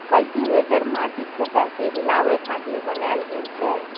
cultivator माटिक सतह कें हिलाबै खातिर बनाएल गेल छै